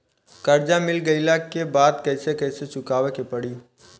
कर्जा मिल गईला के बाद कैसे कैसे चुकावे के पड़ी?